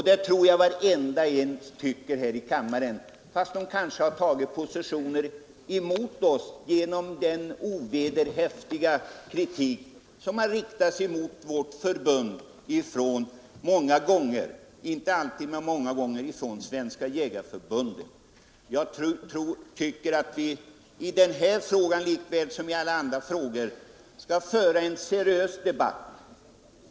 Det tror jag alla här i kammaren håller med oss om, fast de kanske har intagit sina positioner mot oss genom den ovederhäftiga kritik som många gånger har riktats mot vårt förbund från Svenska jägareförbundet. Jag anser att vi i den här frågan lika väl som i alla andra frågor skall föra en seriös debatt.